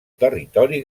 territori